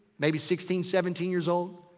maybe sixteen, seventeen years old.